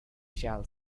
shall